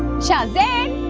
shahzain!